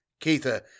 Keitha